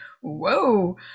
whoa